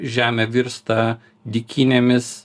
žemė virsta dykynėmis